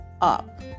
up